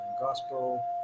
Gospel